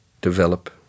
develop